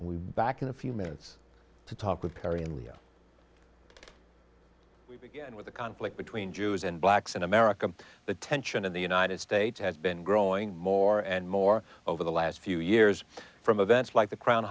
we back in a few minutes to talk with perry and we begin with the conflict between jews and blacks in america the tension in the united states has been growing more and more over the last few years from events like the crown